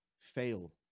fail